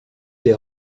des